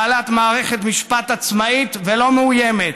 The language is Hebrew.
בעלת מערכת משפט עצמאית ולא מאוימת.